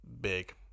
big